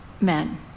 men